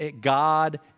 God